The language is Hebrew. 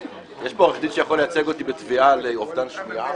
יש פה עורך דין שיכול לייצג אותי בתביעה על אובדן שמיעה?